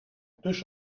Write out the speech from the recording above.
pus